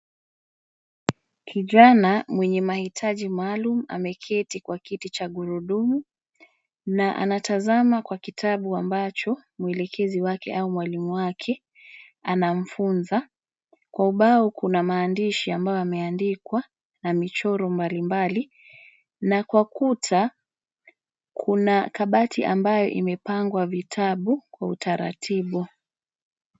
Kijana mwenye mahitaji maalum; ameketi kwa kiti cha gurudumu na anatazama kwa kitabu ambacho mwelekezi wake au mwalimu wake anamfunza. Kwa ubao kuna maandishi ambayo yameandikwa na michoro mbalimbali na kwa kuta, kuna kabati ambayo imepangwa vitabu kwa utaratibu.